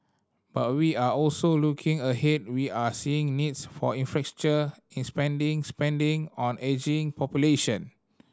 but we are also looking ahead we are seeing needs for in spending spending on ageing population